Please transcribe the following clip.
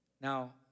Now